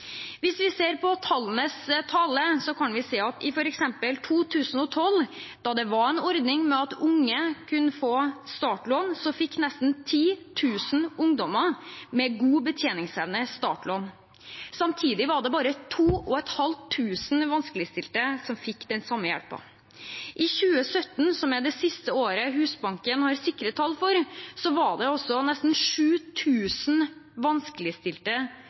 Hvis vi ser på tallenes tale, kan vi se at i f.eks. 2012, da det var en ordning med at unge kunne få startlån, fikk nesten 10 000 ungdommer med god betjeningsevne startlån. Samtidig var det bare 2 500 vanskeligstilte som fikk den samme hjelpen. I 2017, som er det siste året Husbanken har sikre tall for, var det også nesten 7 000 vanskeligstilte